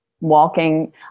walking